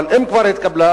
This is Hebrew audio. אבל אם ישראל כבר התקבלה,